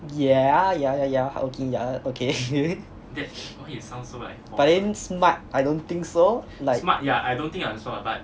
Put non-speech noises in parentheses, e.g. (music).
yeah yeah yeah yeah hardworking yeah (noise) okay (noise) but then smart I don't think so like